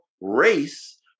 race